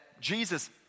Jesus